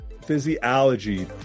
Physiology